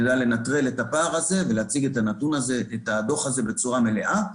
נדע לנטרל את הפער הזה ולהציג את הדוח הזה בצורה מלאה,